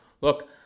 look